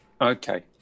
Okay